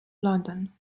london